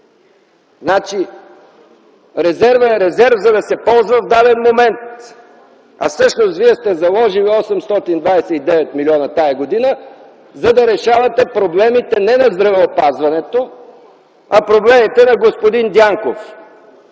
година! Резервът е резерв, за да се ползва в даден момент. Всъщност вие сте заложили 829 милиона тази година, за да решавате проблемите не на здравеопазването, а проблемите на господин Дянков